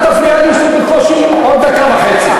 אל תפריע לי, יש לי בקושי עוד דקה וחצי.